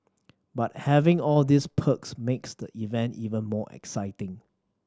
but having all these perks makes the event even more exciting